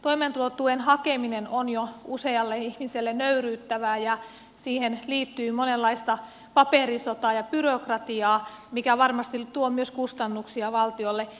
toimeentulotuen hakeminen on jo usealle ihmiselle nöyryyttävää ja siihen liittyy monenlaista paperisotaa ja byrokratiaa mikä varmasti tuo myös kustannuksia valtiolle